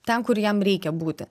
ten kur jam reikia būti